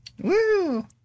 Woo